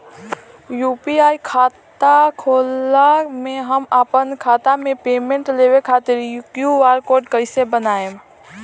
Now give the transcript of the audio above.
UPI खाता होखला मे हम आपन खाता मे पेमेंट लेवे खातिर क्यू.आर कोड कइसे बनाएम?